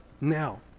now